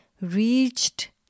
reached